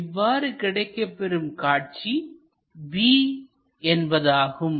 இவ்வாறு கிடைக்கப்பெறும் காட்சி b என்பதாகும்